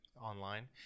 online